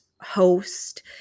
host